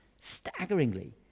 staggeringly